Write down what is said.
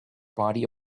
body